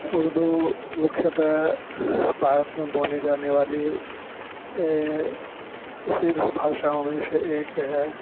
اردو مکھیتہ بھارت میں بولی جانے والی سرس بھاشاؤں میں شے ایک ہے